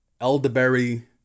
elderberry